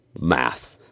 math